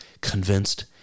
convinced